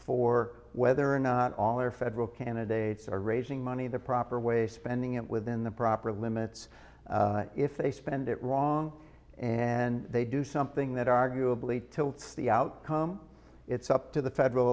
for whether or not all or federal candidates are raising money the proper way spending it within the proper limits if they spend it wrong and they do something that arguably tilts the outcome it's up to the federal